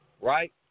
right